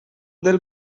del